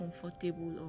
comfortable